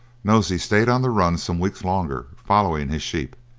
nosey stayed on the run some weeks longer, following his sheep.